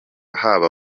haba